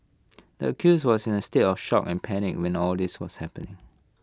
the accuse was in A state of shock and panic when all this was happening